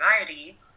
anxiety